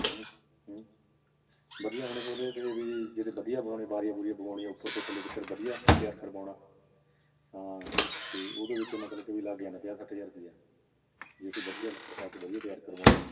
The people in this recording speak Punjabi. ਹੂੰ ਹੂੰ ਵਧੀਆ ਹੁਣ ਉਹਦੇ 'ਤੇ ਵੀ ਜਿਹੜੇ ਵਧੀਆ ਬਣਾਉਣੇ ਬਾਰੀਆਂ ਬੂਰੀਆਂ ਬਣਾਉਣੀਆਂ ਉਪਰ ਤੋਂ ਥੱਲੇ ਤੱਕ ਵਧੀਆ ਤਿਆਰ ਕਰਵਾਉਣਾ ਹਾਂ ਅਤੇ ਉਹਦੇ ਵਿੱਚ ਮਤਲਬ ਕਿ ਵੀ ਲੱਗ ਜਾਣਾ ਪੰਜਾਹ ਸੱਠ ਹਜ਼ਾਰ ਰੁਪਈਆ ਜੇ ਕੋਈ ਵਧੀਆ ਲੱਕੜ ਪਾ ਕੇ ਵਧੀਆ ਤਿਆਰ ਕਰਵਾਉਣੇ ਆ